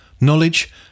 knowledge